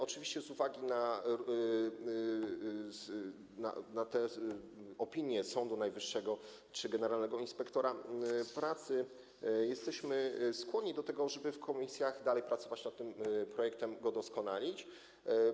Oczywiście z uwagi na opinie Sądu Najwyższego czy generalnego inspektora pracy jesteśmy skłonni do tego, żeby w komisjach dalej pracować nad tym projektem, doskonalić go.